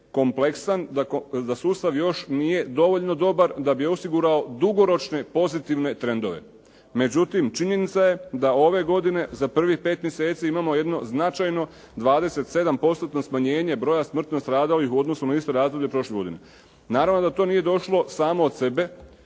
kompleksan, da sustav još nije dovoljno dobar da bi osigurao dugoročne pozitivne trendove. Međutim, činjenica je da ove godine za prvih pet mjeseci imamo jedno značajno 27%-tno smanjenje broja smrtno stradalih u odnosu na isto razdoblje prošle godine. Naravno da to nije došlo samo od sebe,